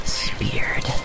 speared